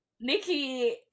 Nikki